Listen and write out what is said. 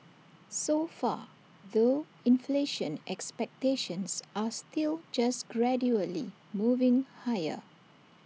so far though inflation expectations are still just gradually moving higher